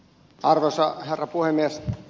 arvoisa herra puhemies